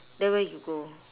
then where you go